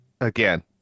again